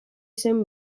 zen